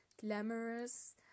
glamorous